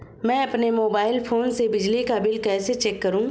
मैं अपने mobile phone से बिजली का बिल कैसे चेक करूं?